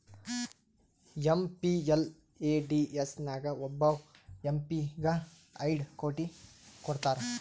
MPLADS ನಾಗ್ ಒಬ್ಬವ್ M P ಗ ಐಯ್ಡ್ ಕೋಟಿ ಕೊಡ್ತಾರ್